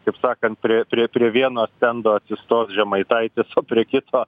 kaip sakant prie prie prie vieno stendo atsistos žemaitaitis o prie kito